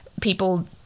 people